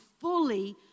fully